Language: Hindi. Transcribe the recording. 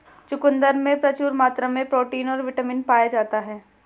चुकंदर में प्रचूर मात्रा में प्रोटीन और बिटामिन पाया जाता ही